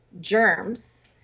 germs